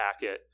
packet